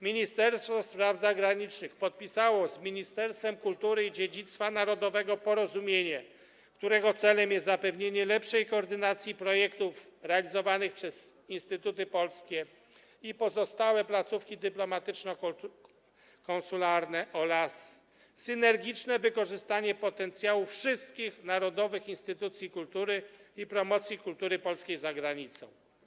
Ministerstwo Spraw Zagranicznych podpisało z Ministerstwem Kultury i Dziedzictwa Narodowego porozumienie, którego celem jest zapewnienie lepszej koordynacji projektów realizowanych przez instytuty polskie i pozostałe placówki dyplomatyczno-konsularne oraz synergiczne wykorzystanie potencjału wszystkich narodowych instytucji kultury i promocji kultury polskiej za granicą.